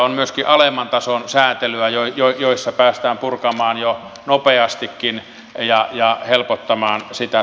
on myöskin alemman tason säätelyä jota päästään purkamaan jo nopeastikin ja helpottamaan sitä